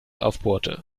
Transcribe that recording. aufbohrte